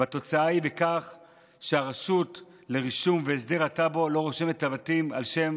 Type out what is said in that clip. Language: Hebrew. והתוצאה היא שהרשות לרישום והסדר הטאבו לא רושמת את הבתים על שם